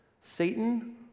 Satan